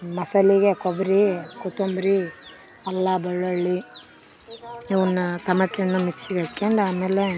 ಮಸಾಲೆಗೆ ಕೊಬ್ಬರಿ ಕೊತಂಬ್ರಿ ಅಲ್ಲ ಬೆಳ್ಳುಳ್ಳಿ ಇವನ್ನ ಟಮಟೆನ್ನ ಮಿಕ್ಸಿಗೆ ಹಾಕ್ಕೊಂಡ್ ಆಮೇಲೆ